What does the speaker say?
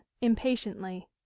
impatiently